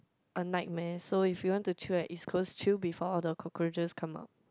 a nightmare so if you want to chill at East-Coast chill before all the cockroaches come out